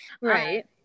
right